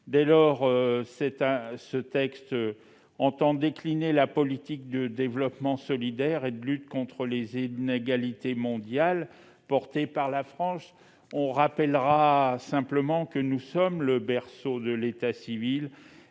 de loi texte entend décliner la politique de développement solidaire et de lutte contre les inégalités mondiales portée par la France. Je rappelle simplement que notre pays est le berceau de l'état civil.